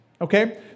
okay